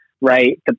right